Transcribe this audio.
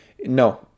No